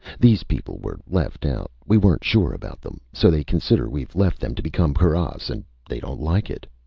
these people were left out. we weren't sure about them. so they consider we've left them to become paras and they don't like it!